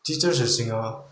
टिचर्सहरूसँग